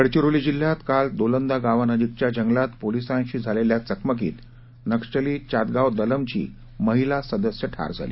गडचिरोली जिल्ह्यात काल दोलंदा गावानजीकच्या जंगलात पोलिसांशी झालेल्या चकमकीत नक्षली चातगाव दलमची महिला सदस्य ठार झाली